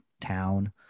town